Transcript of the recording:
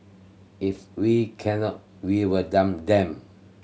if we cannot we will dump them